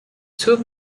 two